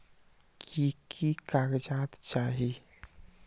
की की कागज़ात चाही?